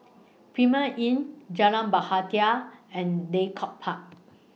Premier Inn Jalan and Draycott Park